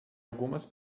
algumas